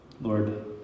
Lord